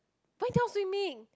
why you don't want swimming